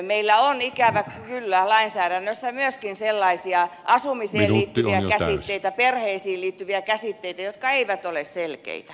meillä on ikävä kyllä lainsäädännössä myöskin sellaisia asumiseen liittyviä käsitteitä perheisiin liittyviä käsitteitä jotka eivät ole selkeitä